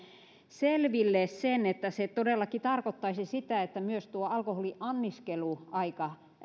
selville sen että se todellakin tarkoittaisi sitä että myös tuo alkoholin anniskeluaika